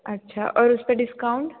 अच्छा और उसपे डिस्काउंट